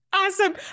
Awesome